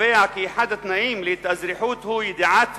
קובע כי אחד התנאים להתאזרחות הוא ידיעת-מה,